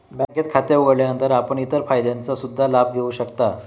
बँकेत खाते उघडल्यानंतर आपण इतर फायद्यांचा सुद्धा लाभ घेऊ शकता